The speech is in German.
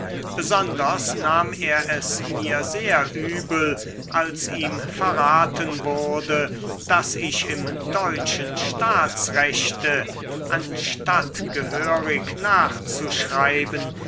besonders nahm er es mir sehr übel als ihm verraten wurde daß ich im deutschen staatsrechte anstatt gehörig nachzuschreiben